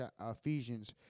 Ephesians